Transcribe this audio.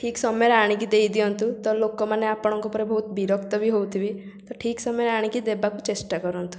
ଠିକ୍ ସମୟରେ ଆଣିକି ଦେଇଦିଅନ୍ତୁ ତ ଲୋକମାନେ ଆପଣଙ୍କ ଉପରେ ବହୁତ ବିରକ୍ତ ବି ହେଉଥିବେ ତ ଠିକ୍ ସମୟରେ ଆଣିକି ଦେବାକୁ ଚେଷ୍ଟା କରନ୍ତୁ ଥାଙ୍କ୍